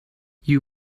you